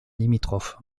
limitrophe